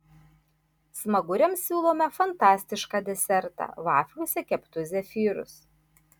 smaguriams siūlome fantastišką desertą vafliuose keptus zefyrus